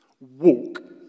Walk